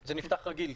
זה נפתח רגיל.